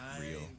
real